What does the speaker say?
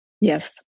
Yes